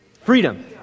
freedom